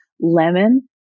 Lemon